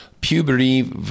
puberty